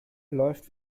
läuft